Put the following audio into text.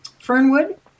Fernwood